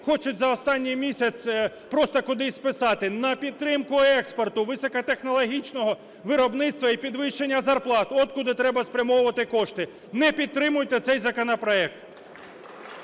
хочуть за останній місяць просто кудись списати. На підтримку експорту високотехнологічного виробництва і підвищення зарплат – от куди треба спрямовувати кошти. Не підтримуйте цей законопроект.